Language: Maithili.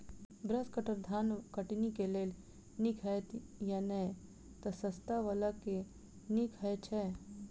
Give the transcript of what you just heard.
ब्रश कटर धान कटनी केँ लेल नीक हएत या नै तऽ सस्ता वला केँ नीक हय छै?